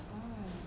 ya